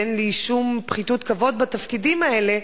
ואצלי אין שום פחיתות כבוד בתפקידים האלה,